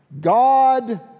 God